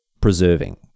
preserving